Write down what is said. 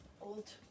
Old